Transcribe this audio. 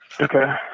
okay